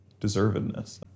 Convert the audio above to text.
deservedness